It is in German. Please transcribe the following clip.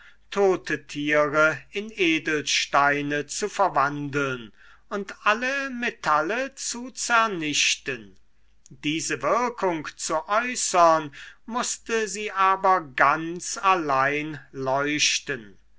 tote tiere in edelsteine zu verwandeln und alle metalle zu zernichten diese wirkung zu äußern mußte sie aber ganz allein leuchten